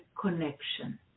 connection